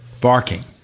barking